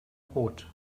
brot